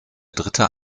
dritte